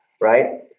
right